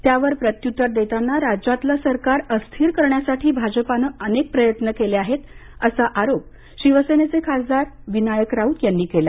त्यावर प्रत्युत्तर देताना राज्यातलं सरकार अस्थिर करण्यासाठी भाजपाने अनेक प्रयत्न केले असल्याचा आरोप शिवसेनेचे खासदार विनायक राऊत यांनी केला